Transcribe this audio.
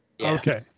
Okay